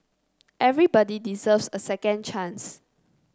everybody deserves a second chance